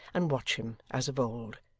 and watch him as of old.